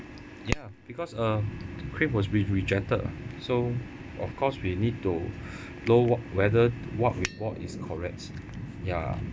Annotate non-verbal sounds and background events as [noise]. ya because uh claim has been rejected lah so of course we need to [breath] know whether what we bought is correct ya